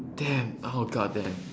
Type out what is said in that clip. damn oh God damn